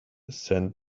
sent